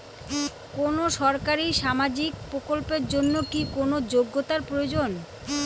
কোনো সরকারি সামাজিক প্রকল্পের জন্য কি কোনো যোগ্যতার প্রয়োজন?